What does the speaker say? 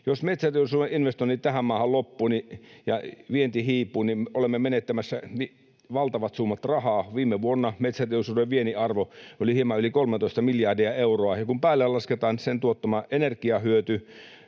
Jos metsäteollisuuden investoinnit tähän maahan loppuvat ja vienti hiipuu, niin olemme menettämässä valtavat summat rahaa. Viime vuonna metsäteollisuuden viennin arvo oli hieman yli 13 miljardia euroa, ja kun päälle lasketaan sen tuottama energiahyöty,